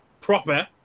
proper